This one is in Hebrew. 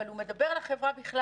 אבל הוא מדבר על החברה בכלל.